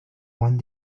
one